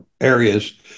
areas